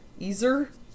Easer